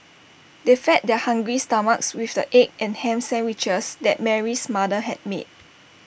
they fed their hungry stomachs with the egg and Ham Sandwiches that Mary's mother had made